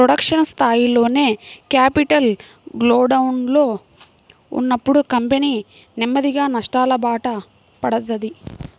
production స్థాయిలోనే capital గోడౌన్లలో ఉన్నప్పుడు కంపెనీ నెమ్మదిగా నష్టాలబాట పడతది